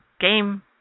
game